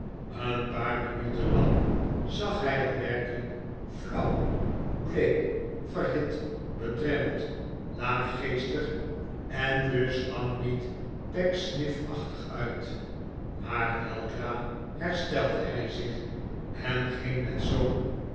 een paar minuten lang zag hij er werkelijk flauw bleek verhit bedremmeld laaggeestig en dus lang niet pecksniffachtig uit maar weldra herstelde hij zich en ging met zoo'n